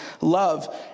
love